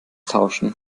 tauschen